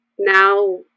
now